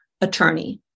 attorney